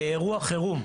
באירוע חירום,